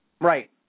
Right